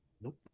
Nope